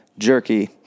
Jerky